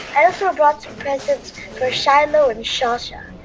i also brought some presents for shiloh and shasha.